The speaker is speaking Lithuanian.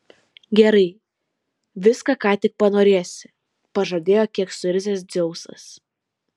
gerai viską ką tik panorėsi pažadėjo kiek suirzęs dzeusas